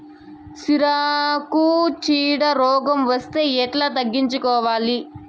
సిరాకుకు చీడ రోగం వస్తే ఎట్లా తగ్గించుకోవాలి?